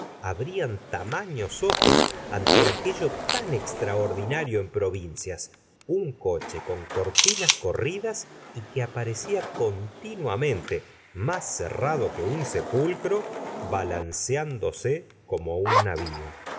taman os ojos ante aquello tan extraordinario en provincias un coche con cortinas corridas y que aparecía continuamente más cerrado que un sepulcro balanceándose como un navío